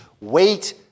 wait